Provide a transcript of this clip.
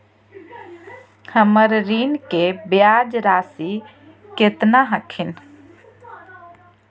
हमर ऋण के ब्याज रासी केतना हखिन?